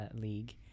League